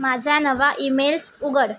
माझा नवा ईमेल्स उघड